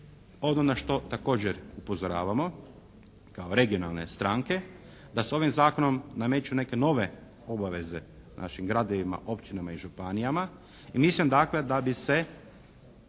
Ono na što također upozoravamo kao regionalne stranke da se ovim Zakonom nameću neke nove obaveze našim gradovima, općinama i županijama